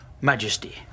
Majesty